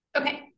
Okay